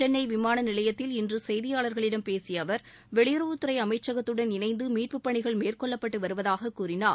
சென்னை விமான நிலையத்தில் இன்று செய்தியாளர்களிடம் பேசிய அவர் வெளியுறவுத் துறை அமைச்சகத்தடன் இணைந்து மீட்புப் பணிகள் மேற்கொள்ளப்பட்டு வருவதாக கூறினார்